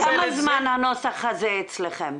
כמה זמן הנוסח הזה אצלכם?